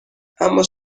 اما